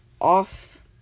off